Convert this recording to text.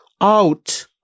out